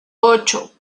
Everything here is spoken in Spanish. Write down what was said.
ocho